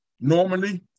normally